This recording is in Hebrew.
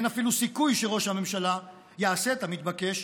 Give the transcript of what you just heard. אין אפילו סיכוי שראש הממשלה יעשה את המתבקש.